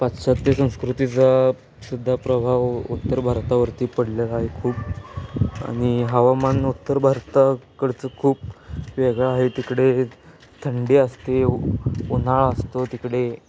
पाश्चात्य संस्कृतीचा सुद्धा प्रभाव उत्तर भारतावरती पडलेला आहे खूप आणि हवामान उत्तर भारताकडचं खूप वेगळं आहे तिकडे थंडी असते उन्हाळा असतो तिकडे